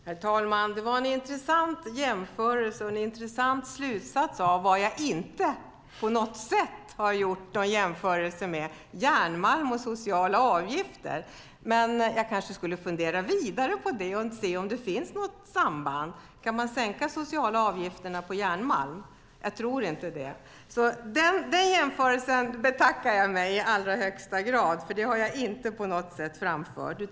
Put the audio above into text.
Herr talman! Det var en intressant jämförelse och en intressant slutsats om vad jag inte på något sätt har gjort någon jämförelse med. Men jag kanske skulle fundera vidare på det och se om det finns något samband mellan järnmalm och sociala avgifter. Kan man sänka de sociala avgifterna på järnmalm? Jag tror inte det. Den jämförelsen betackar jag mig i allra högsta grad för; den har jag inte på något sätt framfört.